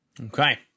Okay